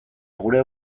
gure